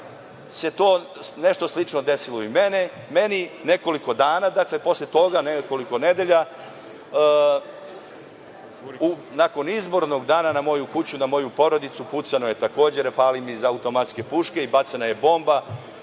da se nešto slično desilo i meni nekoliko dana posle toga, nekoliko nedelja. Nakon izbornog dana na moju kuću, na moju porodicu pucano je takođe rafalima iz automatske puške i bačena je bomba,